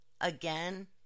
Again